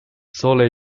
sole